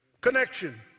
Connection